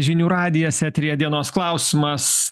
žinių radijas eteryje dienos klausimas